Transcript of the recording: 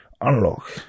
Unlock